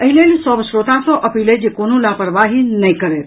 एहि लेल सभ श्रोता सॅ अपील अछि जे कोनो लापरवाही नहि करथि